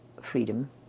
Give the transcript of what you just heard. freedom